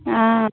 ఆ